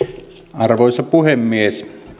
arvoisa puhemies